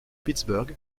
pittsburgh